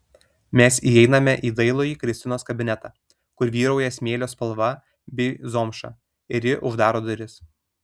mes įeiname į dailųjį kristinos kabinetą kur vyrauja smėlio spalva bei zomša ir ji uždaro duris